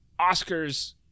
Oscars